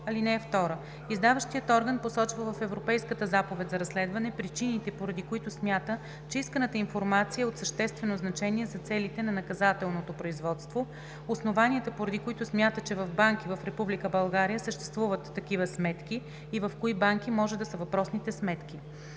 сметки. (2) Издаващият орган посочва в Европейската заповед за разследване причините, поради които смята, че исканата информация е от съществено значение за целите на наказателното производство, основанията, поради които смята, че в банки в Република България съществуват такива сметки, и в кои банки може да са въпросните сметки.